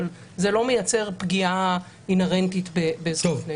אבל זה לא מייצר פגיעה אינהרנטית בזכויות נאשמים.